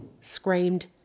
screamed